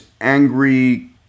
angry